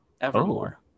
Evermore